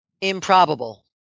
improbable